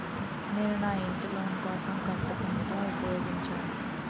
నేను నా ఇంటిని లోన్ కోసం తాకట్టుగా ఉపయోగించాను